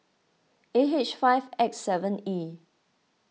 A H five X seven E